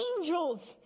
angels